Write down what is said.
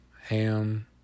Ham